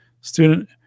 Student